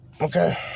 Okay